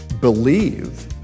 believe